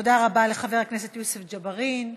תודה רב לחבר הכנסת יוסף ג'בארין.